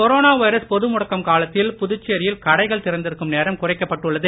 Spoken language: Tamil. கொரோனா வைரஸ் பொதுமுடக்கக் காலத்தில் புதுச்சேரியில் கடைகள் திறந்திருக்கும் நேரம் குறைக்கப்பட்டுள்ளது